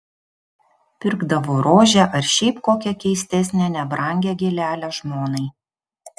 pirkdavo rožę ar šiaip kokią keistesnę nebrangią gėlelę žmonai